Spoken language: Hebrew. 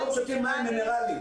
היום שותים מים מינרלים.